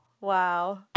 Wow